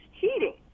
cheating